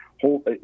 whole